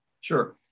sure